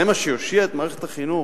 זה מה שיושיע את מערכת החינוך?